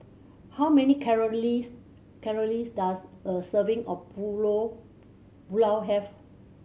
how many calories calories does a serving of Pulao have